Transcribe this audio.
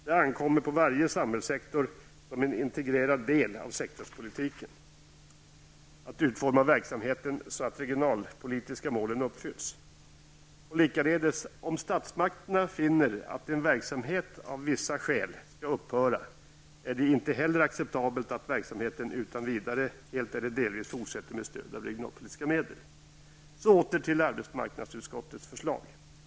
Det ankommer på varje samhällssektor, som en integrerad del av sektorspolitiken, att utforma verksamheten så att de regionalpolitiska målen uppfylls. Likaledes: Om statsmakterna finner att en verksamhet av vissa skäl skall upphöra, är det inte heller acceptabelt att verksamheten utan vidare helt eller delvis fortsätter med stöd av regionalpolitiska medel. Åter till arbetsmarknadsutskottets förslag.